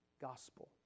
gospel